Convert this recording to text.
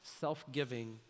self-giving